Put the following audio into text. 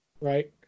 right